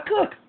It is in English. cook